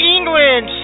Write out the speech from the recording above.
England